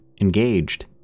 engaged